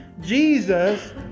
jesus